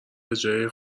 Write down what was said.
بجای